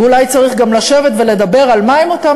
ואולי צריך גם לשבת ולדבר על מה הם אותם